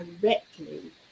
directly